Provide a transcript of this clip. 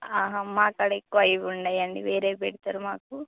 మా కాడ ఎక్కువ ఇవి ఉండవండి వేరేవి పెడతారు మాకు